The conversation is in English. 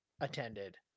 attended